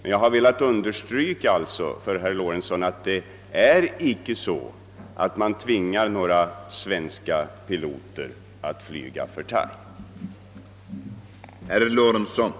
Jag har dock velat understryka för herr Lorentzon att det icke är så att några svenska piloter tvingas att flyga för Thai International.